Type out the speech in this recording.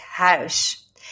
huis